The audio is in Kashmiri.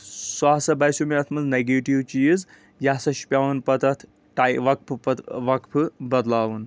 سُہ ہسا باسیو مےٚ اَتھ منٛز نیگیٹِو چیٖز یہِ ہسا چھُ پیوان پَتہٕ اَتھ ٹاے وقفہٕ پتہٕ وقفہٕ بدلاوُن